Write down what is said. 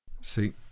see